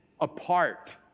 apart